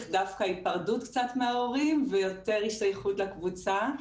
דווקא היפרדות קצת מההורים ויותר השתייכות לקבוצה,